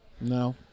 No